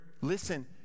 listen